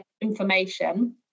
information